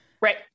Right